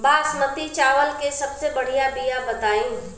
बासमती चावल के सबसे बढ़िया बिया बताई?